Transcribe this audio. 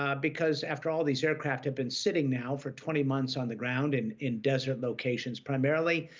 ah because, after all, these aircraft have been sitting now for twenty months on the ground and in desert locations primarily.